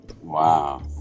Wow